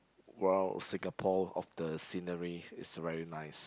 world Singapore of the scenery is very nice